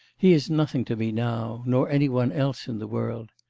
he is nothing to me now. nor any one else in the world.